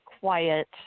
quiet